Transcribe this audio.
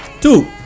Two